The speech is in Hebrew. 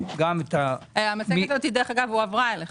המצגת הזאת הועברה אליכם.